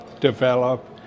develop